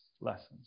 lessons